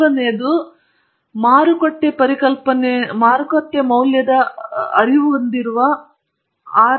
ಆದ್ದರಿಂದ ನಿಮಗೆ ಈ ಸಂಯೋಜನೆ ಬೇಕು